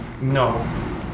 no